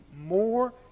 more